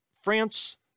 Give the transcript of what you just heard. France